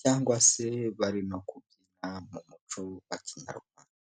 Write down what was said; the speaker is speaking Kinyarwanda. cyangwa se bari no kubyina mu muco wa kinyarwanda.